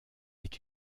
est